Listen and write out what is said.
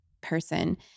person